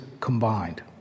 combined